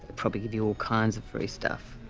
probably give you all kinds of free stuff.